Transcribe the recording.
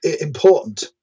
important